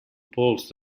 pols